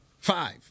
Five